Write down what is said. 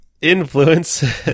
influence